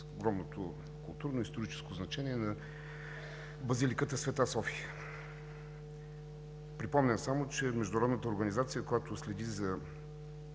огромното културно-историческо значение на базиликата „Св. София“. Припомням само, че международната организация, която следи за